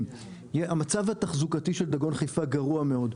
= המצב התחזוקתי של דגון חיפה גרוע מאוד.